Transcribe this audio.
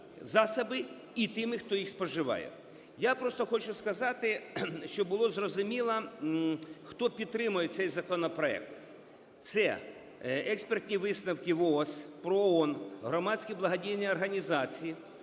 засоби, і тими, хто їх споживає. Я просто хочу сказати, щоб було зрозуміло, хто підтримує цей законопроект. Це експертні висновки ВООЗ, ПРООН, громадські благодійні організації,